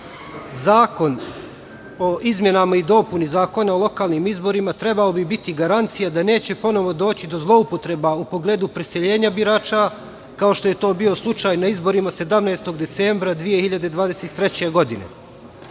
dana. Zakon o izmenama i dopuni Zakona o lokalnim izborima trebao bi biti garancija da neće ponovo doći do zloupotreba u pogledu preseljenja birača, kao što je to bio slučaj na izborima 17. decembra 2023. godine. Sa